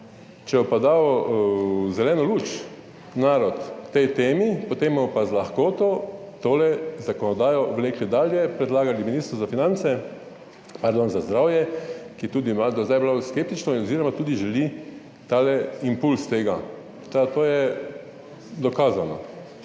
če bo pa dal zeleno luč narod tej temi, potem bomo pa z lahkoto tole zakonodajo vlekli dalje, predlagali Ministrstvu za finance, pardon, za zdravje, ki je tudi do zdaj je bila skeptična oziroma tudi želi ta impulz tega. To je dokazano.